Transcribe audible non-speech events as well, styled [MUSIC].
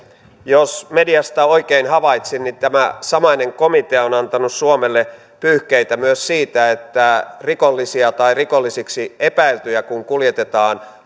jos mediasta oikein havaitsin niin tämä samainen komitea on antanut suomelle pyyhkeitä myös siitä että kun rikollisia tai rikollisiksi epäiltyjä kuljetetaan [UNINTELLIGIBLE]